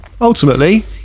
ultimately